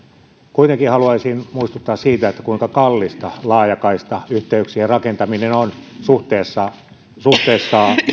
kuitenkin haluaisin muistuttaa siitä kuinka kallista laajakaistayhteyksien rakentaminen on suhteessa suhteessa